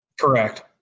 Correct